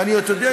ואתה יודע,